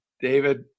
David